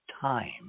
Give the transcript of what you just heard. time